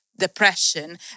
depression